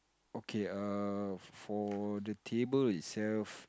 okay err for the table itself